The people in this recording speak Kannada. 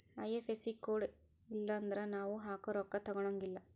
ಐ.ಎಫ್.ಎಸ್.ಇ ಕೋಡ್ ಇಲ್ಲನ್ದ್ರ ನಾವ್ ಹಾಕೊ ರೊಕ್ಕಾ ತೊಗೊಳಗಿಲ್ಲಾ